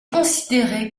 considéré